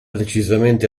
decisamente